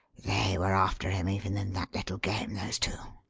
they were after him even in that little game, those two.